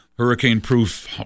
Hurricane-proof